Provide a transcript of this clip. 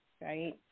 right